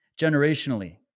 generationally